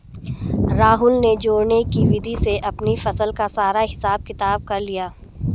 राहुल ने जोड़ने की विधि से अपनी फसल का सारा हिसाब किताब कर लिया